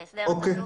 אוקיי,